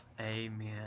Amen